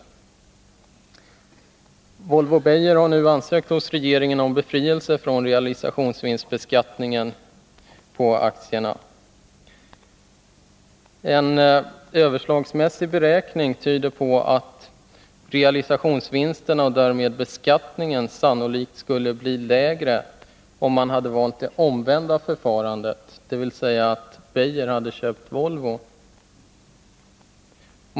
Volvo Beijer har nu ansökt hos regeringen om befrielse från realisationsvinstbeskattning av aktierna. En överslagsmässig beräkning tyder på att realisationsvinsterna och därmed beskattningen sannolikt skulie ha blivit lägre om man hade valt det omvända förfarandet, dvs. om Beijer hade köpt Volvo.